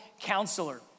counselor